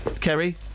Kerry